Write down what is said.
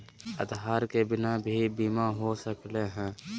आधार के बिना भी बीमा हो सकले है?